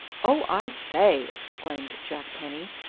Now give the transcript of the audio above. oh, i say! exclaimed jack penny.